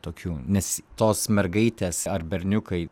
tokių nes tos mergaitės ar berniukai